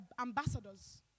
ambassadors